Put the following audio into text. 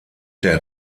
der